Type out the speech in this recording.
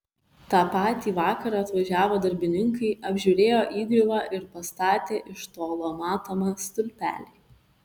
tą patį vakarą atvažiavo darbininkai apžiūrėjo įgriuvą ir pastatė iš tolo matomą stulpelį